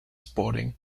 spotting